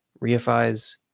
reifies